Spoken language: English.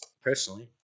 personally